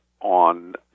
on